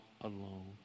alone